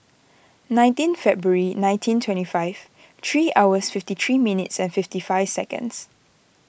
nineteen February nineteen twenty five three hours fifty three minutes and fifty five seconds